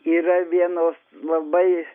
yra vienos labai